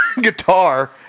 Guitar